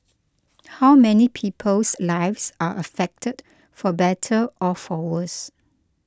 how many people's lives are affected for better or for worse